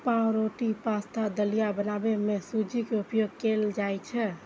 पावरोटी, पाश्ता, दलिया बनबै मे सूजी के उपयोग कैल जाइ छै